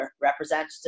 representative